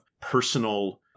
personal